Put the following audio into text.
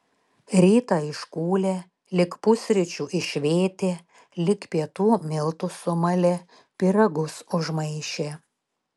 rytą iškūlė lig pusryčių išvėtė lig pietų miltus sumalė pyragus užmaišė